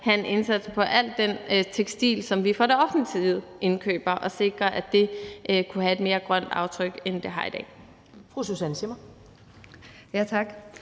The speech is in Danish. gøre en indsats i forhold til al det tekstil, som vi fra det offentliges side indkøber, så vi kan sikre, at det kan få et mere grønt aftryk, end det har i dag.